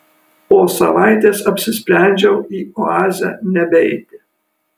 po savaitės apsisprendžiau į oazę nebeiti